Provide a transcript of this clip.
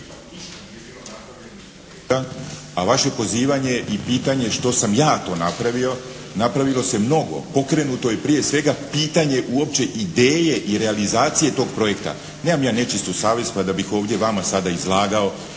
a vaše pozivanje i pitanje što sam ja to napravio. Napravilo se mnogo. Pokrenuto je prije svega pitanje uopće ideje i realizacije tog projekta. Nemam ja nečistu savjest, pa da bih ovdje vama sada izlagao